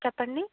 చెప్పండి